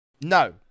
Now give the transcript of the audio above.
No